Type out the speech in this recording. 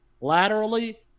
laterally